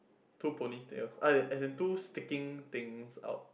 two ponytails ah as in two sticking things out